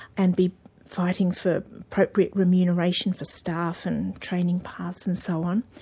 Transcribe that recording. and be fighting for appropriate remuneration for staff and training paths and so on'.